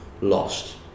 lost